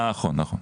נכון, נכון.